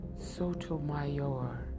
Sotomayor